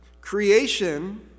creation